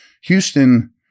Houston